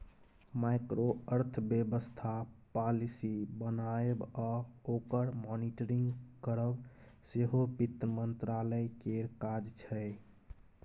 micro अर्थबेबस्था policy बनाएब आ ओकर मॉनिटरिंग करब सेहो बित्त मंत्रालय केर काज छै